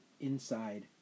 inside